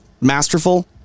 masterful